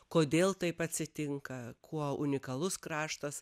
kodėl taip atsitinka kuo unikalus kraštas